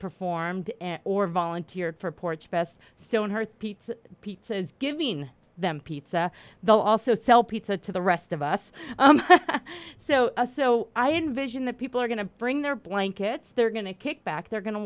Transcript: performed or volunteered for porch best stonehearth pizza pizza is giving them pizza they'll also sell pizza to the rest of us so a so i envision that people are going to bring their blankets they're going to kick back they're going to